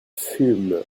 fume